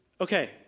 okay